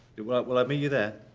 alright. will i meet you there?